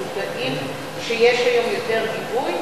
מודעים שיש היום יותר גיבוי,